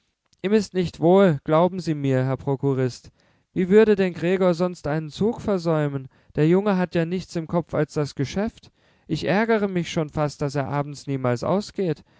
ihm ist nicht wohl glauben sie mir herr prokurist wie würde denn gregor sonst einen zug versäumen der junge hat ja nichts im kopf als das geschäft ich ärgere mich schon fast daß er abends niemals ausgeht